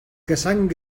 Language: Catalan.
caçant